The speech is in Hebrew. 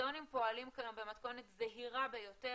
המוזיאונים פועלים כיום במתכונת זהירה ביותר,